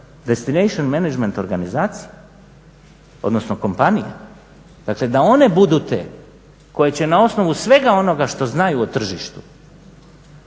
destination management organizacije, odnosno kompanije, znači da one budu te koje će na osnovu svega onoga što znaju o tržištu